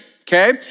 okay